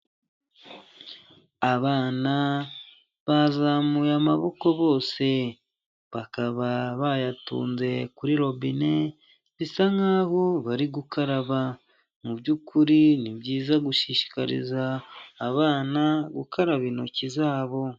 Abana bazamuye amaboko bose bakaba bayatunze kuri robine, bisa nk'aho bari gukaraba, mu byukuri ni byiza gushishikariza abana gukaraba intoki zabo.